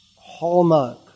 hallmark